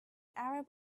arab